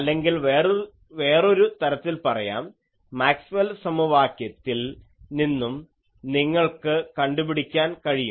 അല്ലെങ്കിൽ വേറൊരു തരത്തിൽ പറയാം മാക്സ്വെൽ സമവാക്യത്തിൽ നിന്നും നിങ്ങൾക്ക് കണ്ടുപിടിക്കാൻ കഴിയും